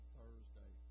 Thursday